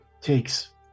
takes